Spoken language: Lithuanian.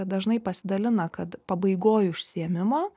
dažnai pasidalina kad pabaigoj užsiėmimo